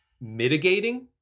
mitigating